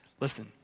Listen